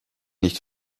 nicht